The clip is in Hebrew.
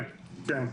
כן.